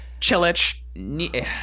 Chilich